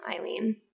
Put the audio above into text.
Eileen